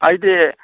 ꯑꯩꯗꯤ